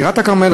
בטירת-כרמל,